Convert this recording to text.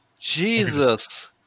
Jesus